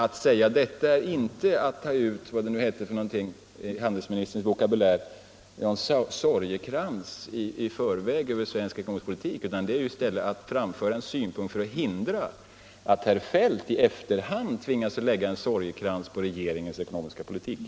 Att säga detta är inte att i förväg ta ut någon sorgekrans över svensk ekonomisk politik, eller hur det nu hette i handelsministern vokabulär — de synpunkterna framför vi för att förhindra att herr Feldt i efterhand tvingas att lägga en sorgekrans på regeringens ekonomiska politik.